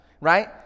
right